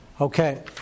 Okay